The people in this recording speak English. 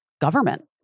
government